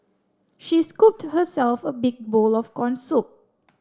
she scooped herself a big bowl of corn soup